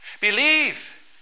Believe